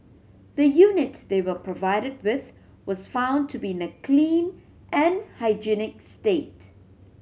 the unit they were provided with was found to be in a clean and hygienic state